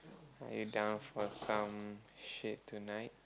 are you down for some shit tonight